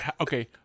Okay